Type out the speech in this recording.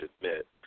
admit